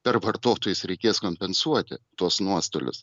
per vartotojus reikės kompensuoti tuos nuostolius